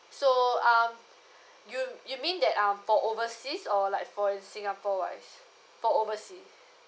so um you you mean that um for overseas or like for singapore wise for overseas